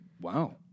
wow